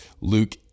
Luke